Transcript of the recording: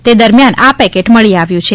તે દરમિયાન આ પેકેટ મળી આવ્યું છે